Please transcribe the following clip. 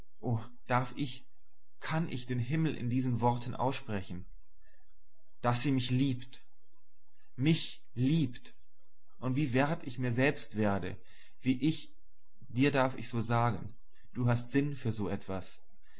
darf ich kann ich den himmel in diesen worten aussprechen daß sie mich liebt mich liebt und wie wert ich mir selbst werde wie ich dir darf ich's wohl sagen du hast sinn für so etwas wie